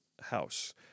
house